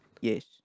Yes